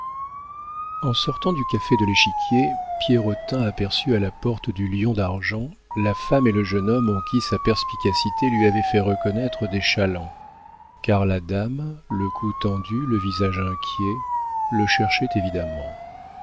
en sortant du café de l'échiquier pierrotin aperçut à la porte du lion d'argent la femme et le jeune homme en qui sa perspicacité lui avait fait reconnaître des chalands car la dame le cou tendu le visage inquiet le cherchait évidemment